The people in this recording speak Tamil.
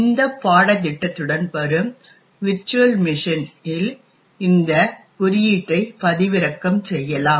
இந்த பாடத்திட்டத்துடன் வரும் விர்ச்சுவல் மிஷின் இல் இந்த குறியீட்டை பதிவிறக்கம் செய்யலாம்